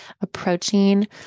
approaching